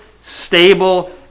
stable